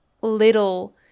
little